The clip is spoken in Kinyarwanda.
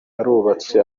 arubatse